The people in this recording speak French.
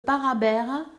parabère